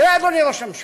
תראה, אדוני ראש הממשלה,